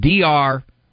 Dr